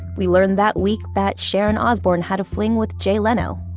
we learned that week that sharon osbourne had a fling with jay leno,